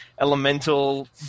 elemental